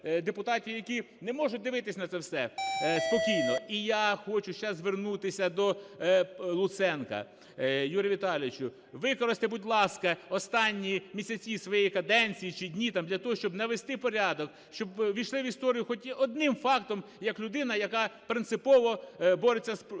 які не можуть дивитись на це все спокійно. І я хочу ще звернутися до Луценка. Юрію Віталійовичу, використайте, будь ласка, останні місяці своєї каденції чи дні, там, для того, щоб навести порядок, щоб увійшли в історію хоч одним фактом як людина, яка принципово бореться з корупцією,